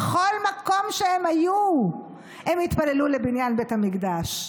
בכל מקום שהם היו הם התפללו לבניין בית המקדש.